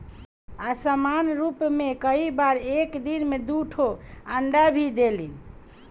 असामान्य रूप में कई बार एक दिन में दू ठो अंडा भी देलिन